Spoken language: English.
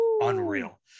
Unreal